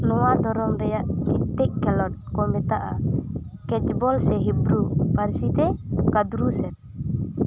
ᱱᱚᱣᱟ ᱫᱷᱚᱨᱚᱱ ᱨᱮᱭᱟᱜ ᱢᱤᱫᱴᱮᱡ ᱠᱷᱮᱞᱳᱰ ᱠᱚ ᱢᱮᱛᱟᱜᱼᱟ ᱠᱮᱪᱵᱚᱞ ᱥᱮ ᱦᱤᱵᱨᱩ ᱯᱟᱹᱨᱥᱤ ᱛᱮ ᱠᱟᱫᱨᱩᱥᱮᱴ